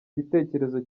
igitekerezo